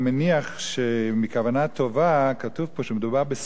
טובה כתוב פה שמדובר בספרים של פרוזה,